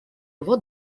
его